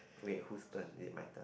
wait who's turn is it my turn